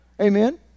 Amen